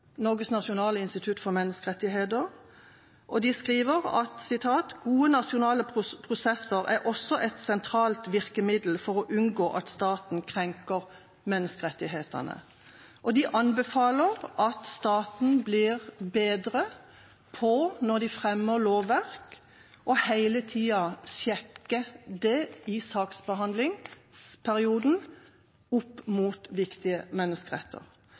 og de skriver at gode nasjonale prosesser er også et sentralt virkemiddel for å unngå at staten krenker menneskerettighetene, og de anbefaler at staten, når den fremmer lover, i hele saksbehandlingsperioden blir bedre på å sjekke det opp mot viktige menneskeretter. Det støtter jeg meg til, og